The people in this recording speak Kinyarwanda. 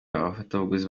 abafatabuguzi